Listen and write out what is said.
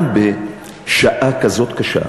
גם בשעה כזאת קשה,